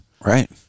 Right